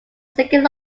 second